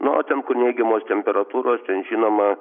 na o ten kur neigiamos temperatūros ten žinoma